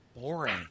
boring